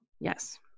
Yes